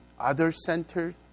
other-centered